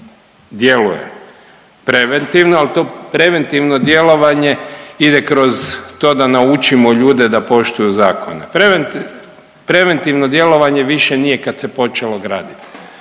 preventivno djelovanje ide kroz to da naučimo ljude da poštuju zakona. Preventivno djelovanje više nije kad se počelo gradit,